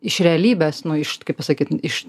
iš realybės nu iš kaip pasakyt iš